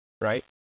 right